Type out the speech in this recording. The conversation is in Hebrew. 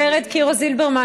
ורד קירו-זילברמן,